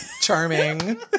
charming